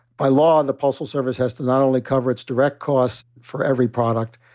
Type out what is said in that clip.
by law, and the postal service has to not only cover its direct costs for every product,